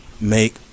make